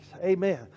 Amen